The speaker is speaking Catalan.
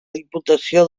diputació